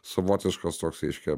savotiškas toksai kad